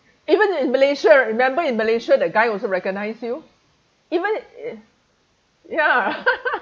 even in malaysia remember in malaysia that guy also recognise you even uh ya